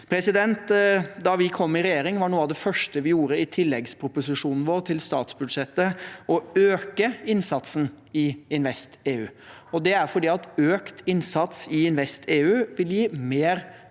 Da vi kom i regjering, var noe av det første vi gjorde i tilleggsproposisjonen vår til statsbudsjettet, å øke innsatsen i InvestEU. Det er fordi økt innsats i InvestEU vil gi mer kapital